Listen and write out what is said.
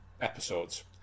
episodes